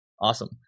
Awesome